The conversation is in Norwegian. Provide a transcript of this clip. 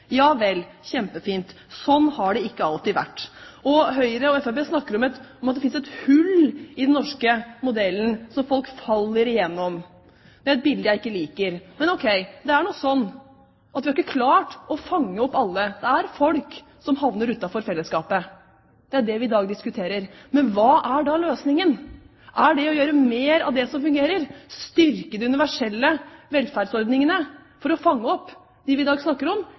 Ja vel – kjempefint. Sånn har det ikke alltid vært. Og Høyre og Fremskrittspartiet snakker om at det finnes et hull i den norske modellen, så folk faller igjennom. Det er et bilde jeg ikke liker. Men ok, det er nå sånn at vi ikke har klart å fange opp alle. Det er folk som havner utenfor fellesskapet, det er det vi i dag diskuterer. Men hva er da løsningen? Er det å gjøre mer av det som fungerer, styrke de universelle velferdsordningene for å fange opp dem vi i dag snakker om,